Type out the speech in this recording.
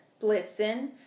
Blitzen